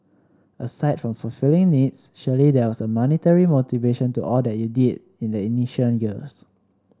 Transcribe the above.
aside from fulfilling needs surely there was a monetary motivation to all that you did in the initial years